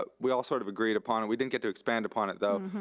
but we all sort of agreed upon it. we didn't get to expand upon it though,